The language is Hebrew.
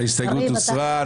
ההסתייגות הוסרה.